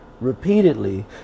repeatedly